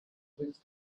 with